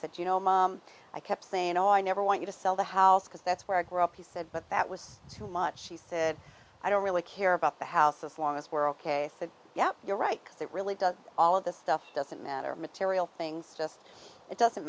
said you know mom i kept saying no i never want you to sell the house because that's where i grew up he said but that was too much she said i don't really care about the house as long as we're ok yeah you're right it really does all of this stuff doesn't matter material things just it doesn't